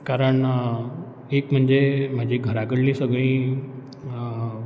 कारण एक म्हणजे म्हजी घरा कळ्ळी सगळीं